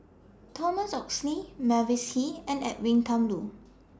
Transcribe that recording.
Thomas Oxley Mavis Hee and Edwin Thumboo